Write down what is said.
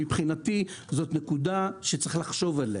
ומבחינתי זאת נקודה שצריך לחשוב עליה.